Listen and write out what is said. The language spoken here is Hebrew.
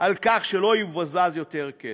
על כך שלא יבוזבז יותר כסף.